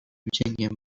wdziękiem